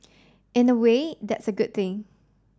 in a way that's a good thing